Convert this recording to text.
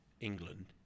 England